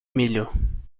milho